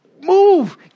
move